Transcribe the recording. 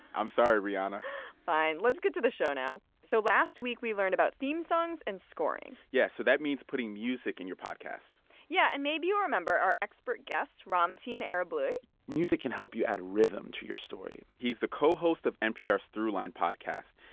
i'm sorry, rihanna fine. let's get to the show now. so last week, we learned about theme songs and scoring yes, so that means putting music in your podcast yeah. and maybe you remember our expert guest ramtin arablouei music can help you add a rhythm to your story he's the co-host of npr's throughline podcast,